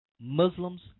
Muslims